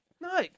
No